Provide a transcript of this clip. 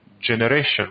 generation